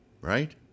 right